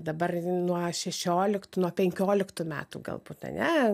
dabar nuo šešioliktų nuo penkioliktų metų galbūt ane